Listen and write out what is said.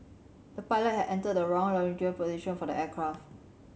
the pilot had entered the wrong longitudinal position for the aircraft